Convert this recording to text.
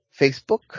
Facebook